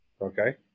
Okay